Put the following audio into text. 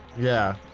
yeah